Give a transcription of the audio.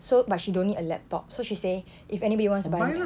so but she don't need a laptop so she say if anybody wants to buy